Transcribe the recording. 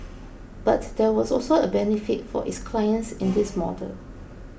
but there was also a benefit for its clients in this model